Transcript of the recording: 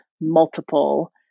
multiple